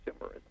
consumerism